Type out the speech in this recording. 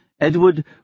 Edward